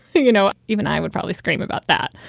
you know, even i would probably scream about that.